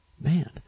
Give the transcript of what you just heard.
Man